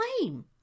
claim